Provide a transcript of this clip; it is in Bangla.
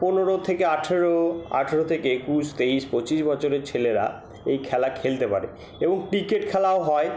পনরো থেকে আঠেরো আঠেরো থেকে একুশ তেইশ পঁচিশ বছরের ছেলেরা এই খেলা খেলতে পারে এবং ক্রিকেট খেলাও হয়